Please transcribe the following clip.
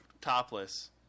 topless